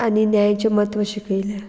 आनी न्यायाचें म्हत्व शिकयलें